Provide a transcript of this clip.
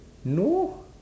no